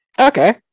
Okay